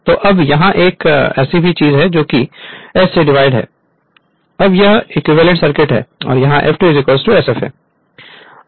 तो अब यहाँ यह भी है क्योंकि सब कुछ डिवाइड s है यहाँ अब यह इक्विवेलेंट सर्किट है अब यह F2 sf है